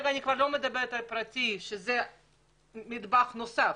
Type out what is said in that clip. אני כבר לא מדברת על אנשים פרטיים שמהווים נדבך נוסף.